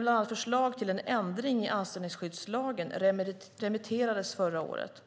bland annat förslag till en ändring i anställningsskyddslagen remitterades förra året.